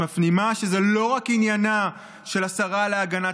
מפנימה שזה לא רק עניינה של השרה להגנת